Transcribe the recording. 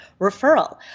referral